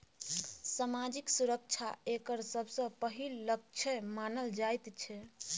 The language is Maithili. सामाजिक सुरक्षा एकर सबसँ पहिल लक्ष्य मानल जाइत छै